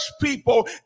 people